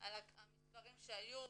על המספרים שהיו,